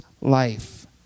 life